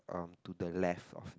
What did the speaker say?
um to the left of it